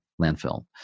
landfill